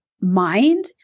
mind